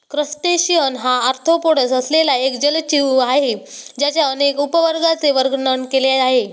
crustacean हा arthropods असलेला एक जलजीव आहे ज्याच्या अनेक उपवर्गांचे वर्णन केले आहे